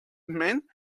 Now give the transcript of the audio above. man